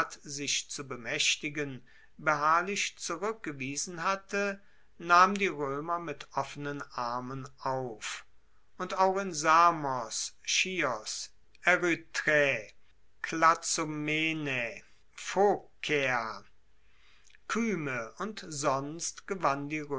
sich zu bemaechtigen beharrlich zurueckgewiesen hatte nahm die roemer mit offenen armen auf und auch in samos chios erythrae klazomenae phokaea kyme und sonst gewann die